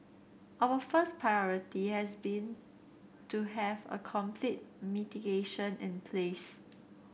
our first priority has been to have a complete mitigation in place